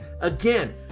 again